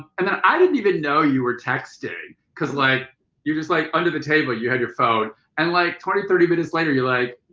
and then i didn't even know you were texting. because like you were just like under the table you had your phone. and like twenty, thirty minutes later, you're like,